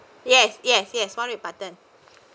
yes yes yes one with button